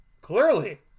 Clearly